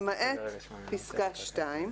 למעט פסקה (2).